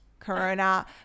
corona